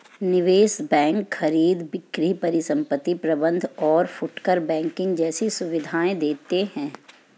निवेश बैंक खरीद बिक्री परिसंपत्ति प्रबंध और फुटकर बैंकिंग जैसी सुविधायें देते हैं